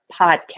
podcast